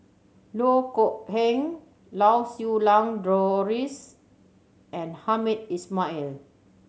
Loh Kok Heng Lau Siew Lang Doris and Hamed Ismail